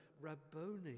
Rabboni